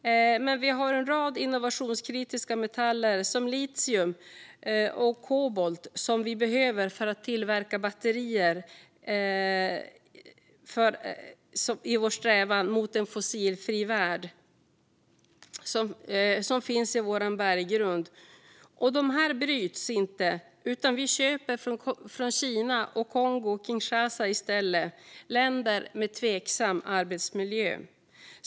Men vi har en rad innovationskritiska metaller, som litium och kobolt, som vi behöver för att tillverka batterier i vår strävan mot en fossilfri värld. De finns i vår berggrund, men de bryts inte utan vi köper i stället från Kina och Kongo-Kinshasa - länder med tveksam arbetsmiljö.